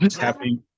Happy